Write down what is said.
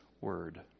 word